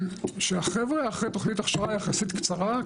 שהחבר'ה אחרי תוכנית הכשרה יחסית קצרה,